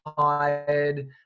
tired